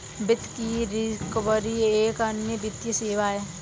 वित्त की रिकवरी एक अन्य वित्तीय सेवा है